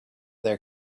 their